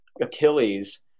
Achilles